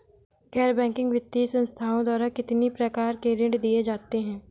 गैर बैंकिंग वित्तीय संस्थाओं द्वारा कितनी प्रकार के ऋण दिए जाते हैं?